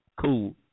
cool